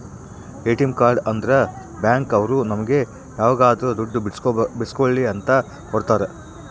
ATM card ಅಂದ್ರ bank ಅವ್ರು ನಮ್ಗೆ ಯಾವಾಗದ್ರು ದುಡ್ಡು ಬಿಡ್ಸ್ಕೊಳಿ ಅಂತ ಕೊಡ್ತಾರ